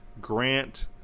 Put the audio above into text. Grant